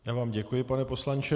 Já vám děkuji, pane poslanče.